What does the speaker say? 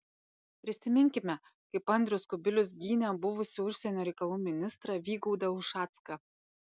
prisiminkime kaip andrius kubilius gynė buvusį užsienio reikalų ministrą vygaudą ušacką